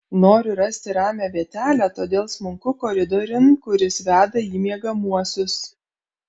noriu rasti ramią vietelę todėl smunku koridoriun kuris veda į miegamuosius